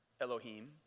Elohim